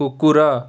କୁକୁର